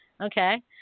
okay